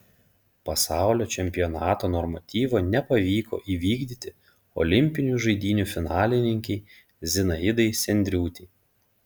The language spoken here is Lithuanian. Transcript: pasaulio čempionato normatyvo nepavyko įvykdyti olimpinių žaidynių finalininkei zinaidai sendriūtei